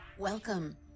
Welcome